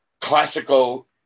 classical